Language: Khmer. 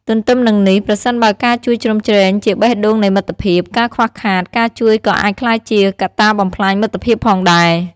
ទទ្ទឹមនឹងនេះ ប្រសិនបើការជួយជ្រោមជ្រែងជាបេះដូងនៃមិត្តភាព ការខ្វះខាត ការជួយក៏អាចក្លាយជាកត្តាបំផ្លាញមិត្តភាពផងដែរ។